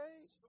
page